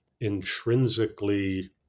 intrinsically